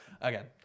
Again